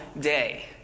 day